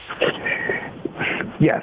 Yes